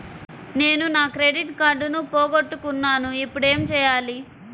నేను నా క్రెడిట్ కార్డును పోగొట్టుకున్నాను ఇపుడు ఏం చేయాలి?